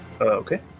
Okay